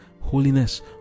holiness